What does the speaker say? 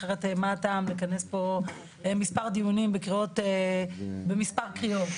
אחרת מה הטעם לכנס פה מספר דיונים במספר קריאות.